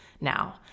now